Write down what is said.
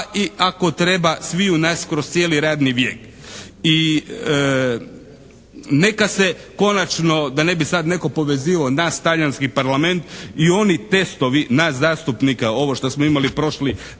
i ako treba sviju nas kroz cijeli radni vijek. I neka se konačno, da ne bi sad netko povezivao nas i talijanski parlament, i oni testovi na zastupnike, ovo što smo imali prošli